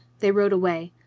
they rode away.